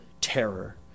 terror